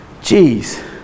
jeez